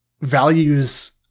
values